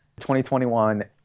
2021